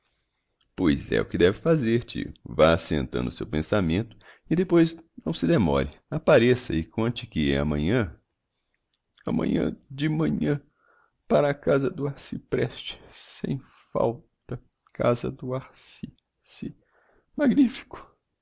pois é o que deve fazer tio vá assentando o seu pensamento e depois não se demore appareça e conte que amanhã amanhã de manhã para casa do arci préste sem fa lta casa do ar ci ci magnifico